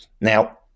Now